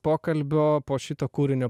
pokalbio po šito kūrinio